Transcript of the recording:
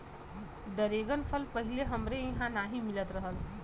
dragon फल पहिले हमरे इहाँ नाही मिलत रहल